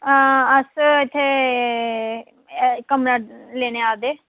अस इत्थे कमरा लैने आए दे